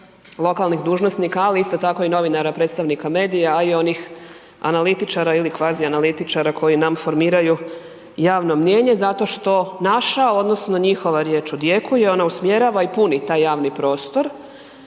lokalnih dužnosnika ali isto tako i novinara, predstavnika medija a i onih analitičara ili kvazi analitičara koji nam formiraju javno mnijenje zato što naša odnosno njihova riječ odjekuje, ona usmjerava i puni taj javni prostor